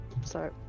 Sorry